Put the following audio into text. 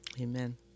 amen